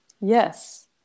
Yes